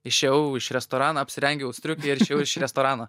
išėjau iš restorano apsirengiau striukę ir išėjau iš restorano